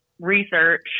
research